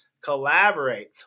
collaborate